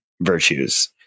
virtues